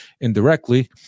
indirectly